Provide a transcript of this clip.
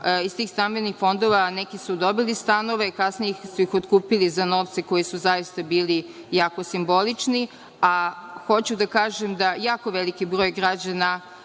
Iz tih stambenih fondova neki su dobili stanove, a kasnije su ih otkupili za novce koji su zaista bili jako simbolični. Jako veliki broj građana